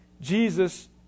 Jesus